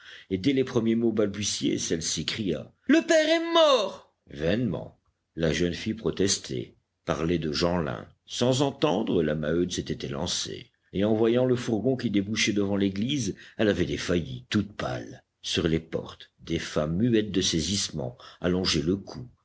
et dès les premiers mots balbutiés celle-ci cria le père est mort vainement la jeune fille protestait parlait de jeanlin sans entendre la maheude s'était élancée et en voyant le fourgon qui débouchait devant l'église elle avait défailli toute pâle sur les portes des femmes muettes de saisissement allongeaient le cou